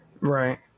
Right